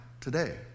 today